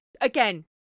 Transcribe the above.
again